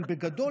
אבל בגדול,